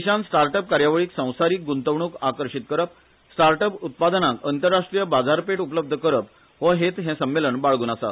देशान startup कार्यावळीक संवसारिक ग्ंतवणूक आकर्षित करप स्टार्टअप उत्पादनांक अंतरराष्ट्रीय बाजारपेठ उपलब्ध करप हो हेत हे संमेलन बाळगून आसा